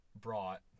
brought